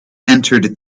entered